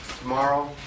Tomorrow